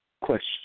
Question